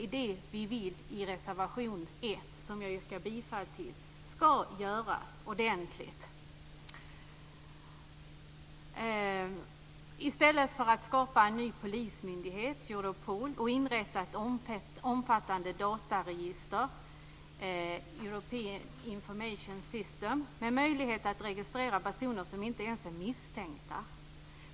Vi påpekar detta i reservation 1, som jag yrkar bifall till. Det handlar om en ny polismyndighet, Europol, och ett omfattande dataregister, European Information System, med möjlighet att registrera personer som inte ens är misstänkta.